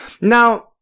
Now